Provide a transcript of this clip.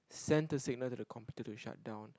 send to signal to the computer to shut down